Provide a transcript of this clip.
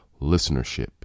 listenership